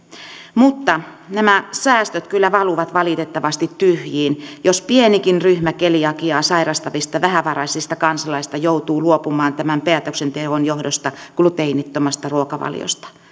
mutta nämä säästöt kyllä valuvat valitettavasti tyhjiin jos pienikin ryhmä keliakiaa sairastavista vähävaraisista kansalaisista joutuu luopumaan tämän päätöksenteon johdosta gluteenittomasta ruokavaliosta